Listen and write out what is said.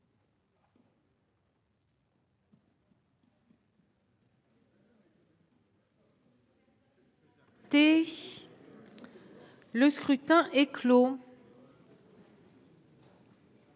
... Le scrutin est clos.